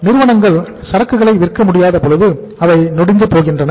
நிறுவனங்கள் சரக்குகளை விற்க முடியாத பொழுது அவை நொடிந்து போகின்றன